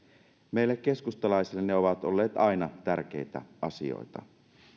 meille keskustalaisille ne ovat olleet aina tärkeitä asioita